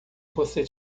você